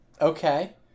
Okay